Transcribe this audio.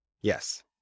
Yes